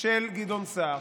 של גדעון סער.